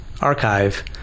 archive